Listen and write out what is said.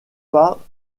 pas